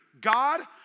God